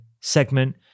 segment